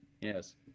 yes